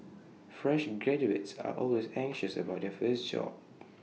fresh graduates are always anxious about their first job